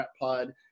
pod